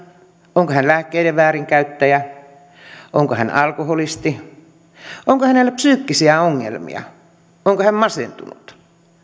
onko hän lääkkeiden väärinkäyttäjä onko hän alkoholisti onko hänellä psyykkisiä ongelmia onko hän masentunut